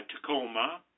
Tacoma